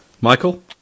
Michael